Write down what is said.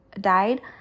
died